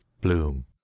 Bloom